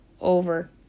Over